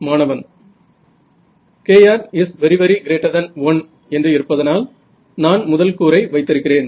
மாணவன் kr 1 என்று இருப்பதனால் நான் முதல் கூறை வைத்திருக்கிறேன்